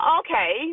okay